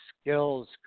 skills